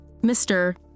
Mr